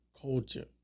culture